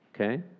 Okay